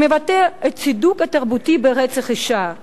שמבטא את הצידוק התרבותי לרצח אשה,